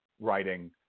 writing